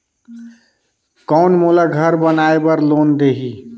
कौन मोला घर बनाय बार लोन देही?